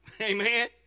Amen